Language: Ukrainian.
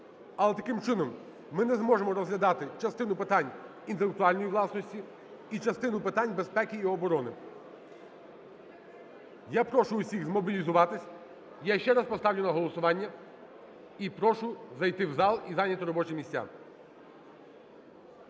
А от таким чином ми не зможемо розглядати частину питань інтелектуальної власності і частину питань безпеки і оборони. Я прошу усіх змобілізуватись. Я ще раз поставлю на голосування. І прошу зайти в зал, і зайняти робочі місця.